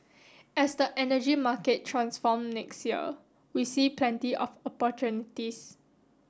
as the energy market transform next year we see plenty of opportunities